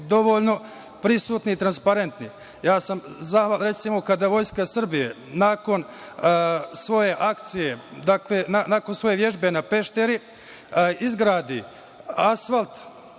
dovoljno prisutni i transparentni. Ja sam, recimo, kada Vojska Srbije nakon svoje akcije, dakle nakon svoje vežbe na Pešteri izgradi asfalt